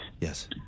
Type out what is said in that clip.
Yes